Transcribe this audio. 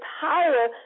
power